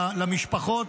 למשפחות.